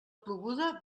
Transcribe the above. ploguda